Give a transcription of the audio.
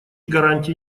гарантии